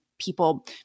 people